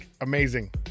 amazing